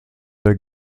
der